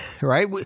right